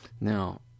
Now